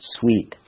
sweet